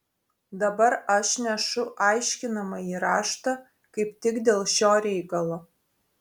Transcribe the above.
dabar aš nešu aiškinamąjį raštą kaip tik dėl šio reikalo